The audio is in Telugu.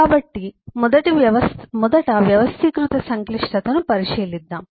కాబట్టి మొదట వ్యవస్థీకృత సంక్లిష్టతను పరిశీలిద్దాం